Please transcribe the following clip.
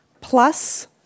plus